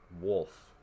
wolf